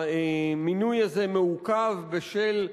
המינוי הזה מעוכב בשל,